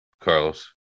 carlos